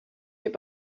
your